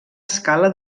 escala